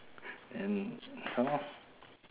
and !huh!